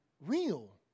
Real